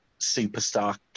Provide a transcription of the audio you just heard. superstar